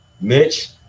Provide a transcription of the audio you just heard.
Mitch